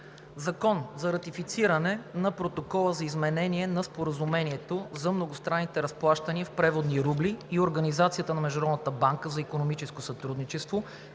„Закон за ратифициране на Протокола за изменение на Споразумението за многостранните разплащания в преводни рубли и организацията на Международната банка за икономическо сътрудничество,